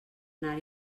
anar